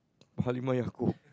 Halimah-Yacob